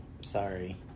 Sorry